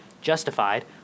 justified